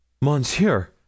Monsieur